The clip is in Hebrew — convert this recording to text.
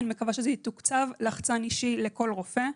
אני מקווה שזה יתוקצב, לחצן אישי לכל רופא.